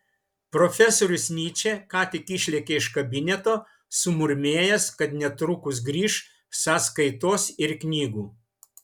profesorius nyčė ką tik išlėkė iš kabineto sumurmėjęs kad netrukus grįš sąskaitos ir knygų